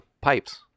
pipes